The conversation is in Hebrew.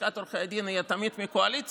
לשכת עורכי הדין יהיה תמיד מהקואליציה,